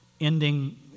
ending